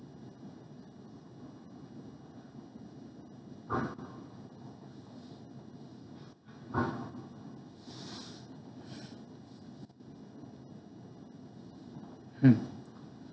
mm